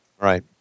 Right